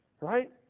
Right